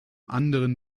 anderen